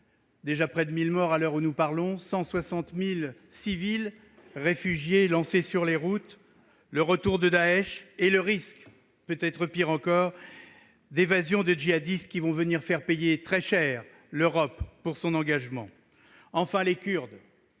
déjà près de 1 000 morts à l'heure où nous parlons, 160 000 civils jetés sur les routes, le retour de Daech et le risque, peut-être pire encore, d'évasion de djihadistes, qui viendront faire payer très cher à l'Europe son engagement. Enfin, les Kurdes,